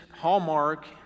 Hallmark